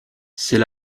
c’est